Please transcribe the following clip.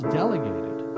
delegated